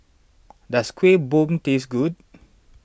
does Kueh Bom taste good